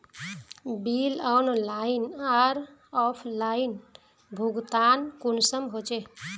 Bill online आर offline भुगतान कुंसम होचे?